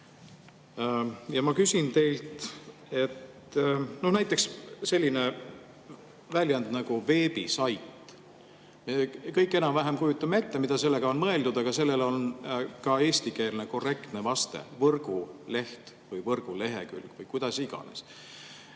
Ma küsin teilt, no näiteks selline väljend nagu "veebisait". Me kõik enam-vähem kujutame ette, mida sellega on mõeldud, aga sellel on ka eestikeelne korrektne vaste: võrguleht või võrgulehekülg või kuidas iganes.